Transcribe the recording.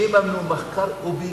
שיממנו מחקר אובייקטיבי,